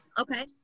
Okay